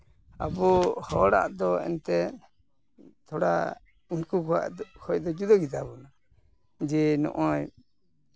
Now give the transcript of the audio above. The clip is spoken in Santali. ᱟᱵᱚ ᱦᱚᱲᱟᱜ ᱫᱚ ᱮᱱᱛᱮᱜ ᱛᱷᱚᱲᱟ ᱩᱱᱠᱩ ᱠᱚᱣᱟᱜ ᱠᱷᱚᱡ ᱫᱚ ᱡᱩᱫᱟᱹ ᱜᱮᱛᱟ ᱵᱚᱱᱟ ᱡᱮ ᱱᱚᱜᱼᱚᱸᱭ